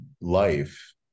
life